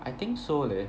I think so leh